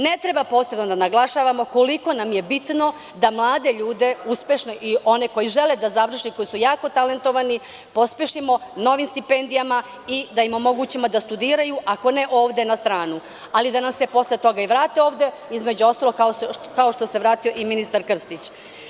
Ne treba posebno da naglašavamo koliko nam je bitno da mlade ljude, uspešne i one koji žele da završe i koji su jako talentovani, pospešimo novim stipendijama i da im omogućimo da studiraju, ako ne ovde, na stranu, ali da nam se posle toga i vrate ovde, između ostalog, kao što se vratio i ministar Krstić.